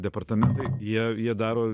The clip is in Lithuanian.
departamentai jie jie daro